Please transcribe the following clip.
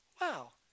wow